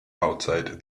outside